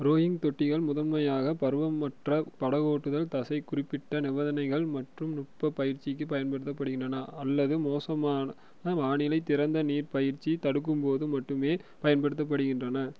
rowing தொட்டிகள் முதன்மையாக பருவமற்ற படகோட்டுதல் தசைகுறிப்பிட்ட நிபந்தனைகள் மற்றும் நுட்பப் பயிற்சிக்கு பயன்படுத்தப்படுகின்றன அல்லது மோசமான வானிலை திறந்த நீர் பயிற்சியை தடுக்கும்போது மட்டுமே பயன்படுத்தப்படுகின்றன